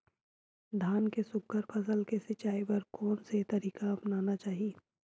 धान के सुघ्घर फसल के सिचाई बर कोन से तरीका अपनाना चाहि?